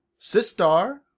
Sistar